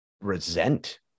resent